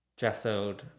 gessoed